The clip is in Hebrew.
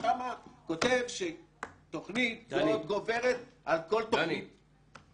כותב שתוכנית זאת גוברת על כל תוכנית --- דני,